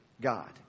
God